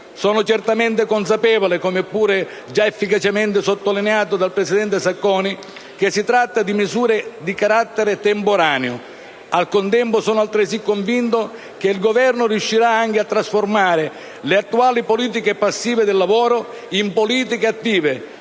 Sono certamente consapevole, come pure già efficacemente sottolineato dal presidente Sacconi, che si tratta di misure di carattere temporaneo; al contempo, sono altresì convinto che il Governo riuscirà anche a trasformare le attuali politiche passive del lavoro in politiche attive,